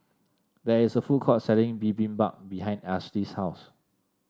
there is a food court selling Bibimbap behind Ashli's house